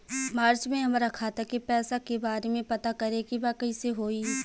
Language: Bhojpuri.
मार्च में हमरा खाता के पैसा के बारे में पता करे के बा कइसे होई?